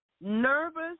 nervous